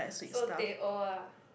so teh O ah